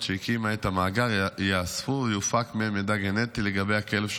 שהקימה את המאגר ייאספו ויופק מהם מידע גנטי לגבי הכלב,